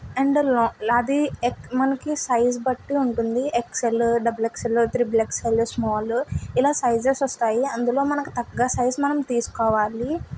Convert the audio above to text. and లా అది మనకి సైజు బట్టి ఉంటుంది ఎక్సెల్లు డబుల్ఎక్సెల్లు త్రిబుల్ఎక్స్ల్లు స్మాలు ఇలా సైజెస్ వస్తాయి అందులో మనకి తగ్గ సైజు మనం తీసుకోవాలి